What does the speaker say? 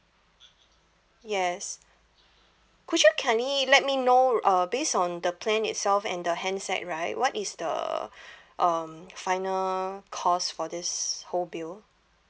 yes could you kindly let me know uh base on the plan itself and the handset right what is the um final cost for this whole bill